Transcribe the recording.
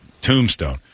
tombstone